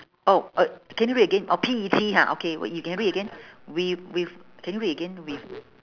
oh oh can you read again orh P E T ha okay w~ you can read again with with can you read again with